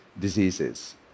diseases